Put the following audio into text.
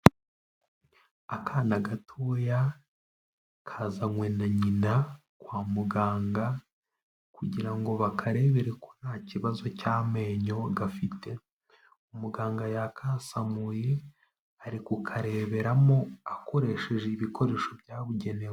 Akana gatoya kazanywe na nyina kwa muganga kugira ngo bakarebere ko nta kibazo cy'amenyo gafite, umuganga yakasamuye ari kukareberamo akoresheje ibikoresho byabugenewe.